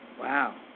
Wow